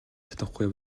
чадахгүй